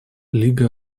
лига